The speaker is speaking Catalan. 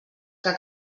que